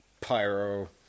pyro